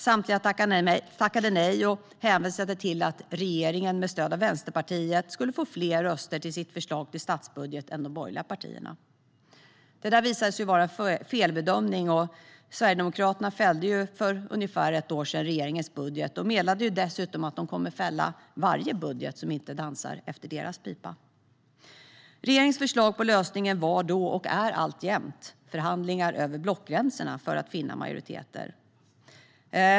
Samtliga tackade nej och hänvisade till att regeringen med stöd av Vänsterpartiet skulle få fler röster på sitt förslag till statsbudget än de borgerliga partierna. Det visade sig vara en felbedömning. Sverigedemokraterna fällde för ungefär ett år sedan regeringens budget och meddelade dessutom att de kommer att fälla varje budget som inte dansar efter deras pipa. Regeringens förslag till lösning var då, och är alltjämt, förhandlingar över blockgränserna för att finna majoriteter.